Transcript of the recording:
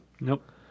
Nope